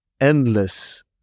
endless